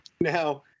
now